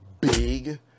big